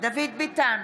דוד ביטן,